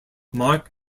mark